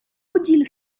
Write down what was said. odile